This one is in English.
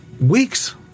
weeks